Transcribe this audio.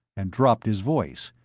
and dropped his voice.